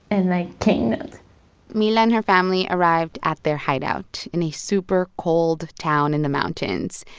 and i cannot mila and her family arrived at their hideout in a super cold town in the mountains.